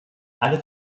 alle